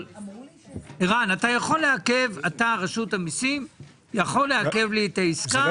ערן, רשות המיסים יכולה לעכב לי את העסקה.